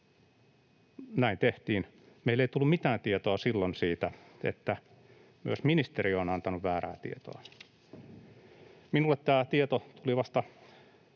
Näin tehtiin — meille ei tullut mitään tietoa silloin siitä, että myös ministeriö on antanut väärää tietoa. Minulle tämä tieto tuli vasta